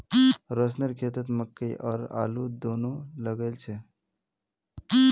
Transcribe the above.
रोशनेर खेतत मकई और आलू दोनो लगइल छ